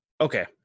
Okay